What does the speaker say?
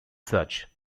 such